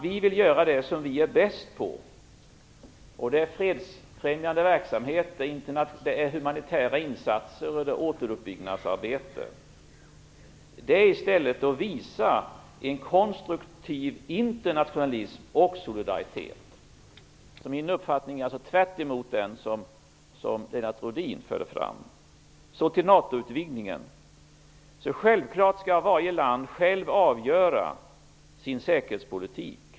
Vi vill göra det som vi är bäst på - fredsfrämjande verksamhet, humanitära insatser och återuppbyggnadsarbete. Det visar i stället en konstruktiv internationalism och solidaritet. Min uppfattning är alltså tvärtemot den som Lennart Rohdin förde fram. Så till NATO-utvidgningen. Självklart skall varje land självt avgöra sin säkerhetspolitik.